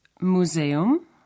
Museum